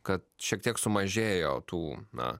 kad šiek tiek sumažėjo tų na